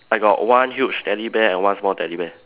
I got one huge teddy bear and one small teddy bear